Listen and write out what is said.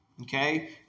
okay